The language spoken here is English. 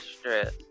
stress